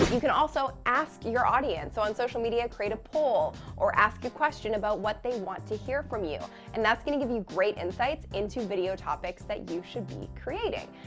you can also ask your audience. so on social media create a poll or ask a question about what they want to hear from you. and that's going to give you great insights into video topics that you should be creating.